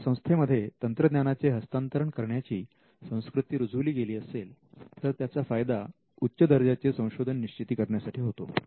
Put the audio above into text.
तेव्हा संस्थेमध्ये तंत्रज्ञाना चे हस्तांतरण करण्याची संस्कृती रुजविली गेली असेल तर त्याचा फायदा उच्च दर्जाचे संशोधन निश्चिती करण्यासाठी होतो